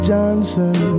Johnson